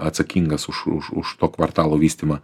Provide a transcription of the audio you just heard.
atsakingas už už už to kvartalo vystymą